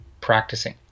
practicing